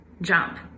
jump